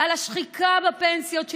על השחיקה בפנסיות שלהם,